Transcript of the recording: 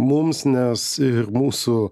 mums nes ir mūsų